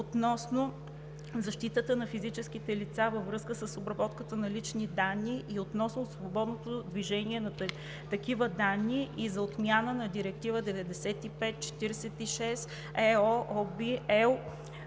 относно защитата на физическите лица във връзка с обработването на лични данни и относно свободното движение на такива данни и за отмяна на Директива 95/46/EО